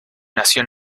nació